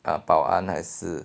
啊保安还是